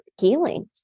healing